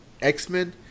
X-Men